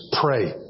pray